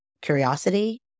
curiosity